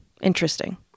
Interesting